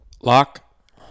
lock